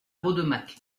rodemack